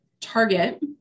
target